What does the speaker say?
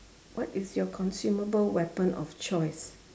what is your consumable weapon of choice